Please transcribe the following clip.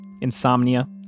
insomnia